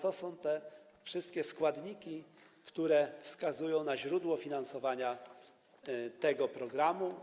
To są te wszystkie składniki, które wskazują na źródło finansowania tego programu.